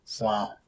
Wow